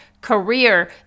career